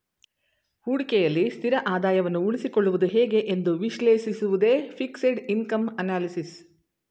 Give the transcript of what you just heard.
ಹೂಡಿಕೆಯಲ್ಲಿ ಸ್ಥಿರ ಆದಾಯವನ್ನು ಉಳಿಸಿಕೊಳ್ಳುವುದು ಹೇಗೆ ಎಂದು ವಿಶ್ಲೇಷಿಸುವುದೇ ಫಿಕ್ಸೆಡ್ ಇನ್ಕಮ್ ಅನಲಿಸಿಸ್